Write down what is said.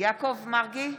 יעקב מרגי,